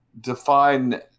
define